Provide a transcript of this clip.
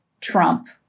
Trump